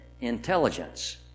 intelligence